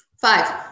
five